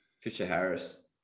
Fisher-Harris